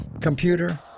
computer